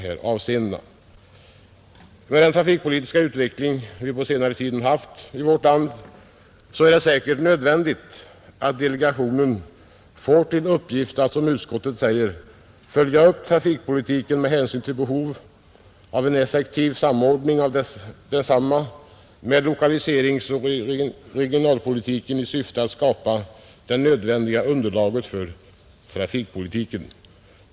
Med den trafikpolitiska utveckling som vi på senare tid har haft i vårt land är det säkert nödvändigt att delegationen får till uppgift att, som utskottet skriver, ”följa upp trafikpolitiken med hänsyn till behovet av en effektiv samordning av densamma med lokaliseringsoch regionalpolitiken i syfte att skapa det nödvändiga underlaget för trafikpolitiken.